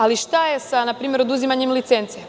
Ali, šta je npr. sa oduzimanjem licence?